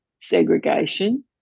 segregation